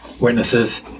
witnesses